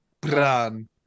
Bran